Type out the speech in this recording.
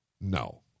No